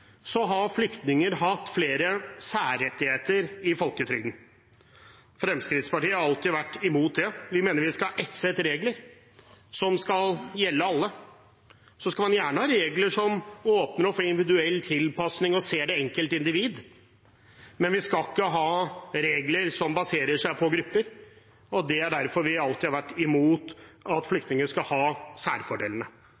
så er det likebehandling. Men når vi ser på folketrygden, har flyktninger hatt flere særrettigheter i folketrygden. Fremskrittspartiet har alltid vært imot det. Vi mener vi skal ha ett sett regler som skal gjelde alle. Man må gjerne ha regler som åpner for individuell tilpasning og ser det enkelte individ, men vi skal ikke ha regler som baserer seg på grupper, og det er derfor vi alltid har vært imot at